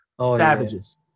savages